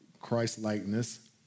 Christ-likeness